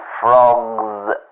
frog's